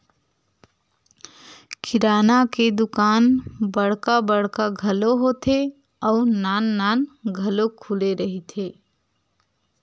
किराना के दुकान बड़का बड़का घलो होथे अउ नान नान घलो खुले रहिथे